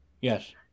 Yes